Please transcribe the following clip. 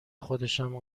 خودشم